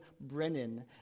Brennan